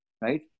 right